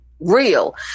real